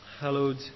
hallowed